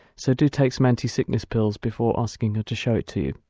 so, do take some anti-sickness pills before asking her to show it to